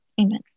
amen